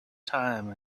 time